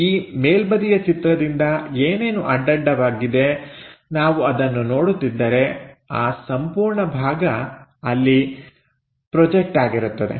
ಈ ಮೇಲ್ಬದಿಯ ಚಿತ್ರದಿಂದ ಏನೇನು ಅಡ್ಡಡ್ಡವಾಗಿದೆ ನಾವು ಅದನ್ನು ನೋಡುತ್ತಿದ್ದರೆ ಆ ಸಂಪೂರ್ಣ ಭಾಗ ಅಲ್ಲಿ ಪ್ರೊಜೆಕ್ಟ್ ಆಗಿರುತ್ತದೆ